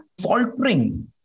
faltering